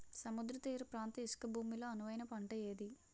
సముద్ర తీర ప్రాంత ఇసుక భూమి లో అనువైన పంట ఏది?